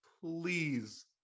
please